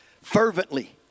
fervently